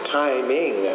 timing